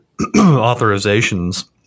authorizations